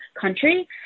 country